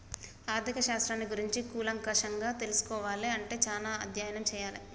ఆర్ధిక శాస్త్రాన్ని గురించి కూలంకషంగా తెల్సుకోవాలే అంటే చానా అధ్యయనం చెయ్యాలే